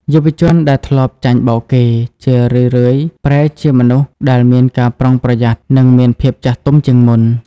យុវជនដែលធ្លាប់ចាញ់បោកគេ ជារឿយៗប្រែជាមនុស្សដែលមានការប្រុងប្រយ័ត្ន និងមានភាពចាស់ទុំជាងមុន។